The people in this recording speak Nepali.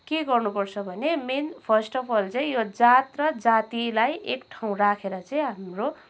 के गर्नुपर्छ भने मेन फर्स्ट अफ् अल चाहिँ यो जात र जातिलाई एक ठाउँ राखेर चाहिँ हाम्रो